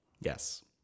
Yes